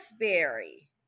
Raspberry